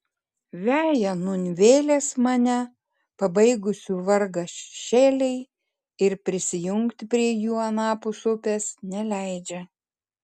veja nūn vėlės mane pabaigusių vargą šešėliai ir prisijungti prie jų anapus upės neleidžia